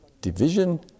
division